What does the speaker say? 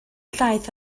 llaeth